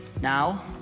now